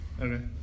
Okay